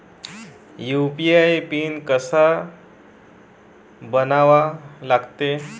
UPI PIN कसा बनवा लागते?